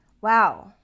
Wow